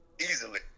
easily